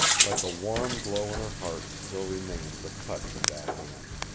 like a warm glow in her heart still remained the touch of that hand.